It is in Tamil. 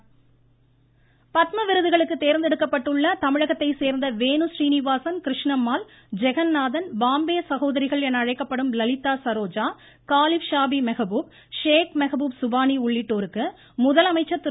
ருருருரு முதலமைச்சர் வாழ்த்து பத்ம விருதுகளுக்கு தேர்ந்தெடுக்கப்பட்டுள்ள தமிழகத்தைச் சேர்ந்த வேணு ஸீனிவாஸன் கிருஷ்ணம்மாள் ஜெகன்னாதன் பாம்பே சகோதரிகள் என அழைக்கப்படும் லலிதா சரோஜா காலீ ஷாபீ மெஹபூப் ஷேக் மெஹபூப் சுபானி உள்ளிட்டோருக்கு முதலமைச்சர் திரு